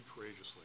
courageously